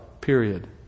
Period